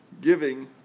giving